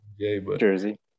jersey